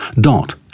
dot